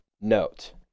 note